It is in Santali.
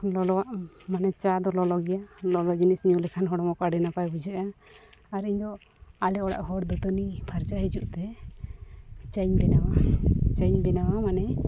ᱞᱚᱞᱚᱣᱟᱜ ᱢᱟᱱᱮ ᱪᱟ ᱫᱚ ᱞᱚᱞᱚ ᱜᱮᱭᱟ ᱞᱚᱞᱚ ᱡᱤᱱᱤᱥ ᱧᱩ ᱞᱮᱠᱷᱟᱱ ᱦᱚᱲᱢᱚ ᱠᱚ ᱟᱹᱰᱤ ᱱᱟᱯᱟᱭ ᱵᱩᱡᱷᱟᱹᱜᱼᱟ ᱟᱨ ᱤᱧᱫᱚ ᱟᱞᱮ ᱚᱲᱟᱜ ᱦᱚᱲ ᱫᱟᱹᱛᱟᱹᱱᱤ ᱯᱷᱟᱨᱪᱟ ᱦᱤᱡᱩᱜᱼᱛᱮ ᱪᱟᱧ ᱵᱮᱱᱟᱣᱟ ᱪᱟᱧ ᱵᱮᱱᱟᱣᱟ ᱢᱟᱱᱮ